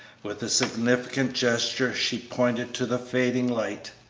with a significant gesture she pointed to the fading light.